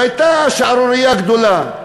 והייתה שערורייה גדולה.